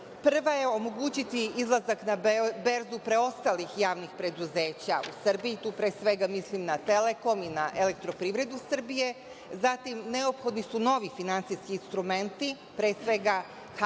Prva je omogućiti izlazak na berzu preostalih javnih preduzeća Srbije, tu pre svega mislim na Telekom i na EPS, zatim neophodni su novi finansijski instrumenti. Pre svega hartije